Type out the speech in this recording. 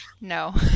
No